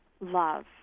love